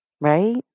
right